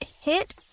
hit